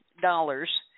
dollars